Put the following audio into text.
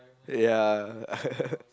ya